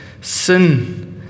sin